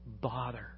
bother